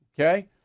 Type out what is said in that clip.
Okay